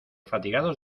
fatigados